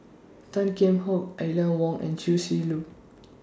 Tan Kheam Hock Aline Wong and Chia Shi Lu